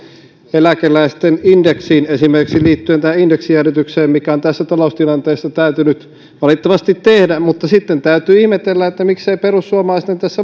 eläkeläisten indeksiin liittyen tähän indeksijäädytykseen mikä on tässä taloustilanteessa täytynyt valitettavasti tehdä mutta sitten täytyy ihmetellä että miksei tässä perussuomalaisten